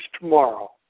tomorrow